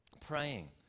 praying